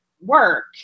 work